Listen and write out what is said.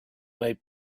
might